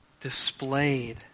displayed